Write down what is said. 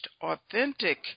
authentic